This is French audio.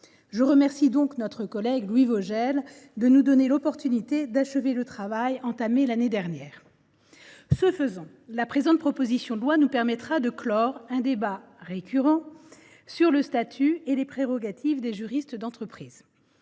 Je remercie donc notre collègue Louis Vogel de nous donner l’occasion d’achever le travail entamé l’année dernière. Nous souhaitons, par la présente proposition de loi, clore un débat récurrent sur le statut et les prérogatives des juristes d’entreprise.